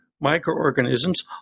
microorganisms